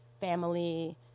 Family